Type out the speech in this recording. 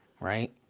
right